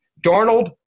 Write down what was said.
Darnold